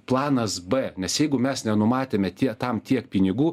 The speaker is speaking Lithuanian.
planas b nes jeigu mes nenumatėme tie tam tiek pinigų